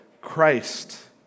Christ